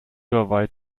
huawei